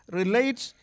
relates